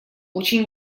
очень